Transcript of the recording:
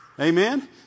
Amen